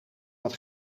dat